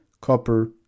copper